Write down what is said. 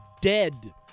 Dead